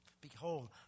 Behold